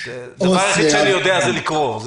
הדבר היחיד שאני יודע זה לקרוא,